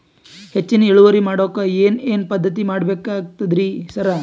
ಹೆಚ್ಚಿನ್ ಇಳುವರಿ ಮಾಡೋಕ್ ಏನ್ ಏನ್ ಪದ್ಧತಿ ಮಾಡಬೇಕಾಗ್ತದ್ರಿ ಸರ್?